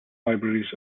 libraries